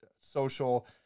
social